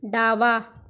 डावा